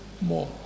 more